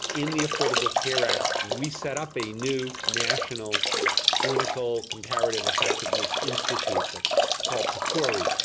in the affordable care act we set up a new national clinical comparative effectiveness institute that's called, pcori,